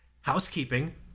housekeeping